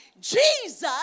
Jesus